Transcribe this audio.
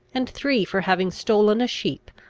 and three for having stolen a sheep,